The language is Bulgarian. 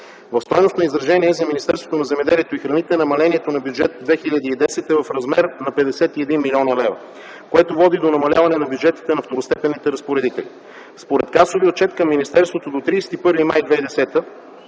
земеделието и храните намалението на Бюджет 2010 е в размер на 51 млн. лв., което води до намаляване на бюджетите на второстепенните разпоредители. Според касовия отчет към министерството до 31 май 2010 г.,